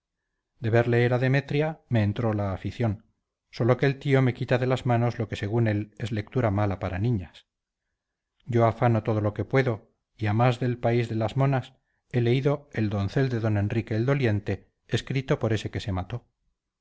leer a demetria me entró la afición sólo que el tío me quita de las manos lo que según él es lectura mala para niñas yo afano todo lo que puedo y a más del país de las monas e leído el doncel de d enrique el doliente escrito por ese que se mató